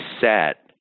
set